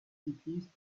cyclistes